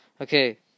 Okay